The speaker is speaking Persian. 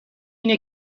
اینه